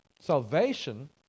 Salvation